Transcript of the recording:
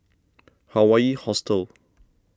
Hawaii Hostel